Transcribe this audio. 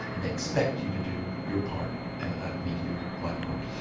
and they expect you to do your part and me to do my part.